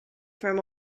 from